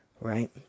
right